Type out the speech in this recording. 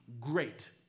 great